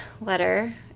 letter